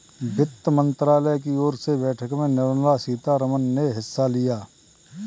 वित्त मंत्रालय की ओर से बैठक में निर्मला सीतारमन ने हिस्सा लिया